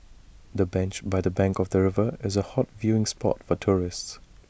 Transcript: the bench by the bank of the river is A hot viewing spot for tourists